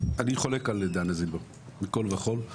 אני חולק על דנה זילבר מכל וכול.